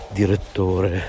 direttore